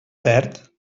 perd